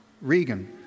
Regan